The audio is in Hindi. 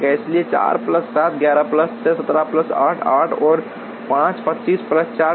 इसलिए 4 प्लस 7 11 प्लस 6 17 प्लस 8 8 और 5 25 प्लस 4 29